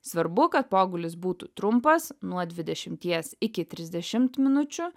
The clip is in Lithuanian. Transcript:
svarbu kad pogulis būtų trumpas nuo dvidešimties iki trisdešimt minučių